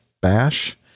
Bash